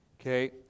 Okay